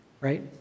Right